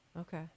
Okay